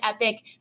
epic